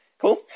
Cool